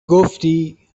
گفتی